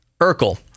Urkel